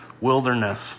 wilderness